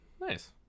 Nice